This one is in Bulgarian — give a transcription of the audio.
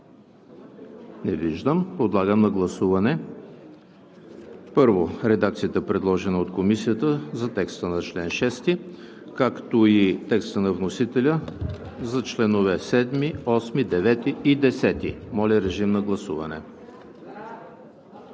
Не виждам. Подлагам на гласуване, първо, редакцията, предложена от Комисията за текста на чл. 6, както и текста на вносителя за членове 7, 8, 9 и 10. Гласували